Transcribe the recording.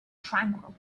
tranquil